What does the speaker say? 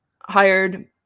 hired